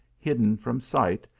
hidden from sight,